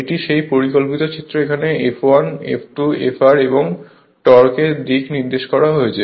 এটি সেই পরিকল্পিত চিত্র যেখানে f 1 f 2 fr এবং টর্ক এর দিক নির্দেশ করা হয়েছে